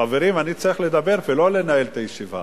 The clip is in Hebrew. חברים, אני צריך לדבר פה, לא לנהל את הישיבה.